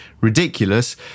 ridiculous